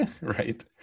Right